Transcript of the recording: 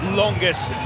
longest